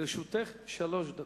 לרשותך שלוש דקות.